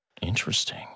interesting